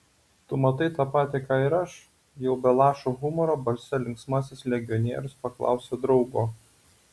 tu matai tą patį ką ir aš jau be lašo humoro balse linksmasis legionierius paklausė draugo